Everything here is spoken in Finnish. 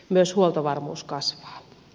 myös huoltovarmuus kasvaa